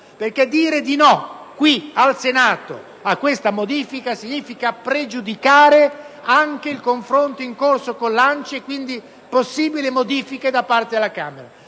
punto: dire di no qui al Senato a questa modifica significa pregiudicare anche il confronto in corso con l'ANCI e quindi possibili modifiche da parte della Camera.